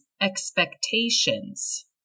expectations